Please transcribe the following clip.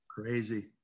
Crazy